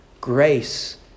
grace